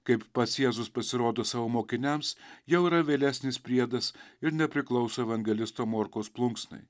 kaip pats jėzus pasirodo savo mokiniams jau yra vėlesnis priedas ir nepriklauso evangelisto morkaus plunksnai